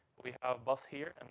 we have bus here and